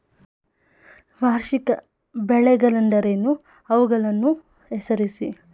ವಾರ್ಷಿಕ ಬೆಳೆಗಳೆಂದರೇನು? ಅವುಗಳನ್ನು ಹೆಸರಿಸಿ?